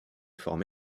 forme